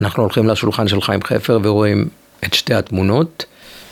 אנחנו הולכים לשולחן של חיים חפר ורואים את שתי התמונות.